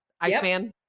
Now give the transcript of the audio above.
Iceman